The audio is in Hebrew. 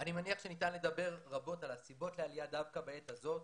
אני מניח שניתן לדבר רבות על הסיבות לעלייה דווקא בעת הזאת,